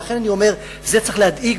ולכן אני אומר: זה צריך להדאיג.